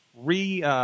re